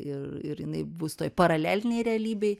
ir ir jinai bus toj paralelinėj realybėj